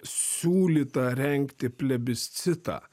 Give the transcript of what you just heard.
siūlyta rengti plebiscitą